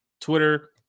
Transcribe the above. Twitter